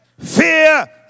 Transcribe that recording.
fear